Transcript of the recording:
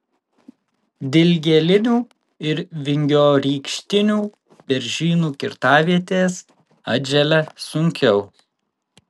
dilgėlinių ir vingiorykštinių beržynų kirtavietės atželia sunkiau